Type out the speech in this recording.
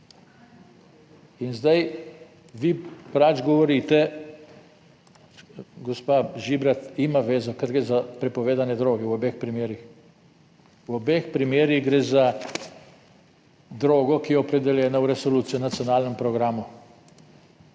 In zdaj vi govorite, gospa Žibrat ima vezo, ker gre za prepovedane droge, v obeh primerih, v obeh primerih gre za drogo, ki je opredeljena v Resoluciji o nacionalnem programu,